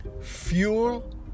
fuel